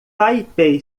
taipei